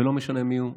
ולא משנה מיהו,